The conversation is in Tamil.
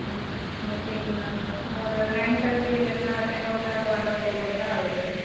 ம் ஓகேங்க மிஸ் ஒரு நைன் தேர்ட்டி இல்லைன்னா டென் ஓ க்ளாக் வந்தால் போதும்ல அவரு